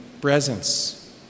presence